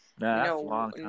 No